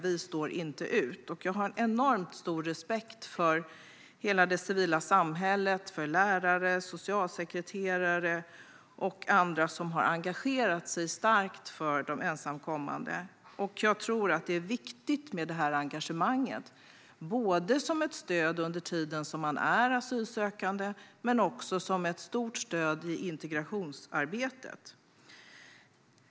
Jag har enormt stor respekt för hela det civila samhället, för lärare, socialsekreterare och andra som har engagerat sig starkt för de ensamkommande. Jag tror att det engagemanget är viktigt, både som stöd under tiden man är asylsökande och som stort stöd i integrationsarbetet.